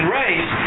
race